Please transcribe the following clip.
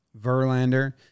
Verlander